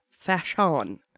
fashion